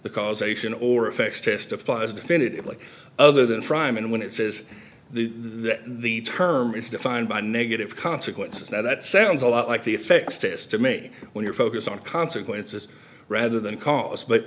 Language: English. the causation or effects testifies definitively other than fryman when it says that the term is defined by negative consequences now that sounds a lot like the effects test to make when you're focused on consequences rather than cause but